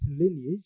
lineage